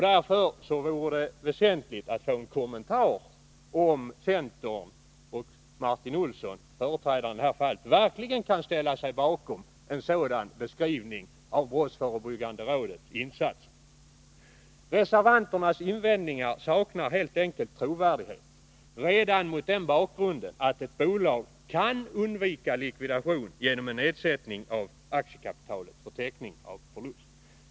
Därför vore det väsentligt att få en kommentar — om centern och dess företrädare i det här fallet, Martin Olsson, verkligen kan ställa sig bakom en sådan beskrivning av brottsförebyggande rådets insats. Reservanternas invändningar saknar helt enkelt trovärdighet redan mot den bakgrunden att ett bolag kan undvika likvidation genom en nedsättning av aktiekapitalet för täckning av förlust.